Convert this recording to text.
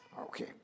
Okay